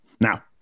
Now